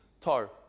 tar